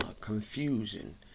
confusion